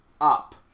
up